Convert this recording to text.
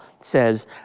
says